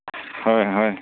ꯍꯣꯏ ꯍꯣꯏ